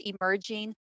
emerging